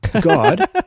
God